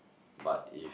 but if